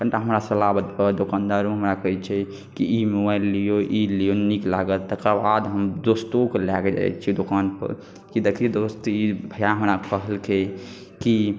कनिटा हमरा सलाह बतबऽ दोकानदारो हमरा कहै छै कि ई मोबाइल लिऔ ई लिऔ नीक लागत तकर बाद हम दोस्तोके लऽ कऽ जाइ छिए दोकानपर जे देखही दोस्त ई भइआ हमरा कहलकै कि